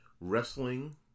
wrestling